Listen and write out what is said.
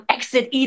Exit